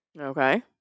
Okay